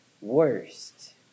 worst